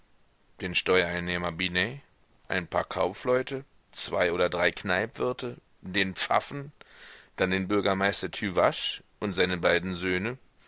den steuereinnehmer binet ein paar kaufleute zwei oder drei kneipwirte den pfaffen dann den bürgermeister tüvache und seine beiden söhne